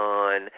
on